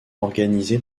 organisé